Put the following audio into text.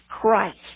Christ